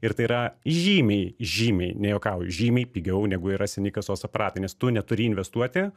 ir tai yra žymiai žymiai nejuokauju žymiai pigiau negu yra seni kasos aparatai nes tu neturi investuoti